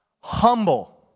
humble